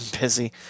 busy